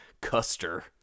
Custer